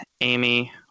Amy